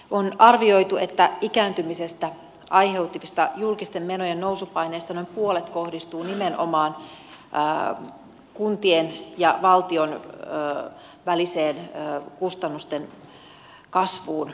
on arvioitu että ikääntymisestä aiheutuvista julkisten menojen nousupaineista noin puolet kohdistuu nimenomaan kuntien ja valtion väliseen kustannusten kasvuun